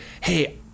hey